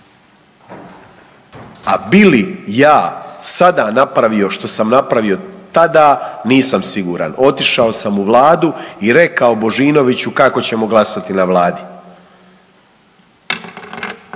A bi li ja sada napravio što sam napravio tada, nisam siguran. Otišao sam u Vladu i rekao Božinoviću kako ćemo glasati na Vladi.